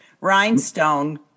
Rhinestone